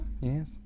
Yes